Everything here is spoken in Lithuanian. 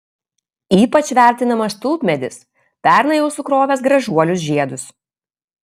ypač vertinamas tulpmedis pernai jau sukrovęs gražuolius žiedus